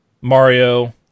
Mario